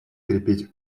крепить